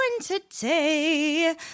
today